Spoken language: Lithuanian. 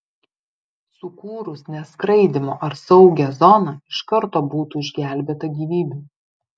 sukūrus neskraidymo ar saugią zoną iš karto būtų išgelbėta gyvybių